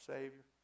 Savior